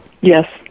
Yes